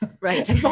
right